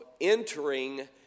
entering